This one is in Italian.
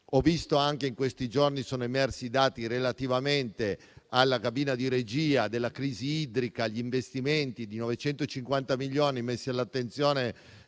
Ho visto che in questi giorni sono emersi i dati relativamente alla cabina di regia della crisi idrica. Gli investimenti di 950 milioni sono messi all'attenzione